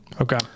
Okay